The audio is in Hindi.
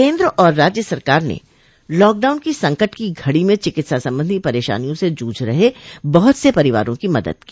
केन्द्र और राज्य सरकार ने लॉकडाउन की संकट की घडो में चिकित्सा संबंधी परेशानियों से जूझ रहे बहुत से परिवारों की मदद की